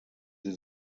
sie